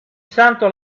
santo